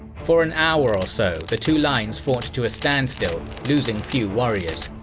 for an hour or so, the two lines fought to a standstill, losing few warriors.